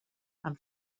amb